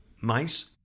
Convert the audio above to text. mice